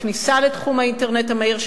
הכניסה לתחום האינטרנט המהיר,